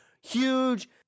huge